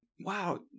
Wow